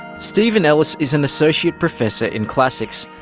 steven ellis is an associate professor in classics,